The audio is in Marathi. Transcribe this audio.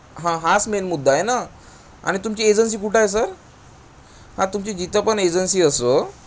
हां हाच मेन मुद्दा आहे ना आणि तुमची एजन्सी कुठं आहे सर हां तुमची जिथं पण एजन्सी असं